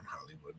Hollywood